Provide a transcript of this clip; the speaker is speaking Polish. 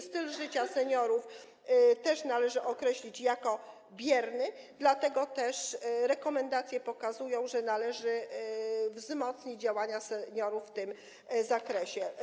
Styl życia seniorów należy też określić jako bierny, dlatego też rekomendacje pokazują, że należy wzmocnić działania seniorów w tym zakresie.